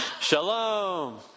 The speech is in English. Shalom